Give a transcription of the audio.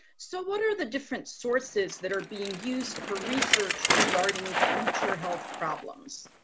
so what are the different sources that are being used for research regarding future health problems?